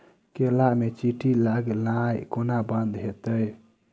केला मे चींटी लगनाइ कोना बंद हेतइ?